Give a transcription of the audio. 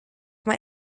mae